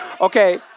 Okay